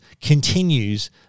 continues